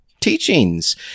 teachings